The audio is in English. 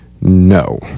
No